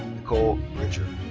nichole bridger.